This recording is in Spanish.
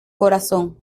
corazón